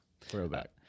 throwback